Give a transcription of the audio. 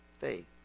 faith